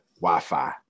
Wi-Fi